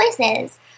choices